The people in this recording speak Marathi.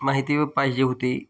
माहिती पाहिजे होती